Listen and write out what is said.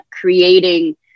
creating